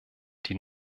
die